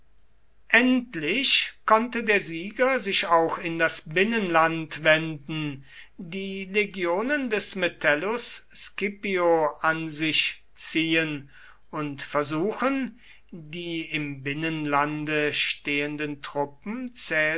endlich konnte der sieger sich auch in das binnenland wenden die legionen des metellus scipio an sich liehen und versuchen die im binnenlande stehenden truppen